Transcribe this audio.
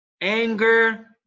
anger